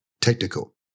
Technical